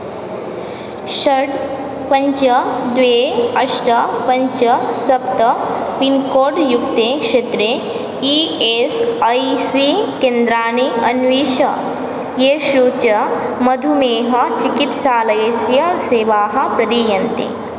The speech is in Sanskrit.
षड् पञ्च द्वे अष्ट पञ्च सप्त पिन्कोड् युक्ते क्षेत्रे ई एस् ऐ सी केन्द्राणि अन्विष येषु च मधुमेहचिकित्सालयस्य सेवाः प्रदीयन्ते